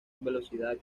velocidad